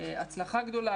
הצלחה גדולה,